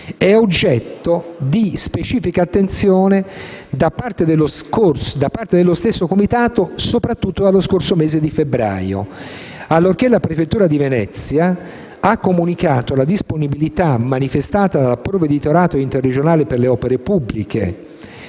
è oggetto di specifica attenzione da parte dello stesso Comitato soprattutto dallo scorso mese di febbraio, allorché la prefettura di Venezia ha comunicato la disponibilità, manifestata dal Provveditorato interregionale per le opere pubbliche